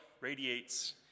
radiates